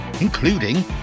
including